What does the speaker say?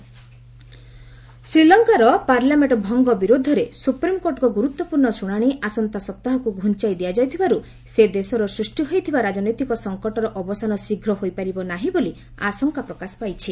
Sri Lanka politics ଶ୍ରୀଲଙ୍କାର parliament ଭଙ୍ଗ ବିରୁଦ୍ଧରେ ସୁପ୍ରିମକୋର୍ଟଙ୍କ ଗୁରୁତ୍ୱପୂର୍ଣ୍ଣ ଶୁଣାଣି ଆସନ୍ତା ସପ୍ତାହକୁ ଘୁଞ୍ଚାଇ ଦିଆଯାଇଥିବାରୁ ସେ ଦେଶରେ ସୃଷ୍ଟି ହୋଇଥିବା ରାଜନୈତିକ ସଂକଟର ଅବସାନ ଶୀଘ୍ର ହୋଇପାରିବ ନାହିଁ ବୋଲି ଆଶଙ୍କା ପ୍ରକାଶ ପାଇଛି